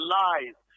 lies